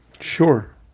Sure